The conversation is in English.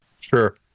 Sure